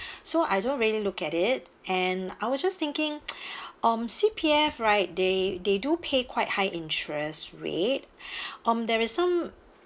so I don't really look at it and I was just thinking um C_P_F right they they do pay quite high interest rate um there is some